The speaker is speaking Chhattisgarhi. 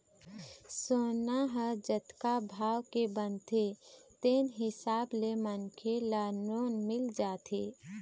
सोना ह जतका भाव के बनथे तेन हिसाब ले मनखे ल लोन मिल जाथे